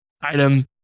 item